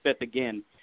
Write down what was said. again